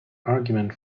argument